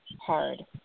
hard